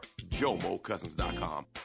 JomoCousins.com